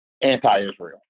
anti-Israel